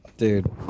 Dude